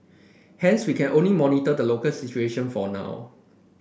hence we can only monitor the local situation for now